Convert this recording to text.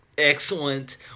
excellent